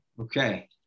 Okay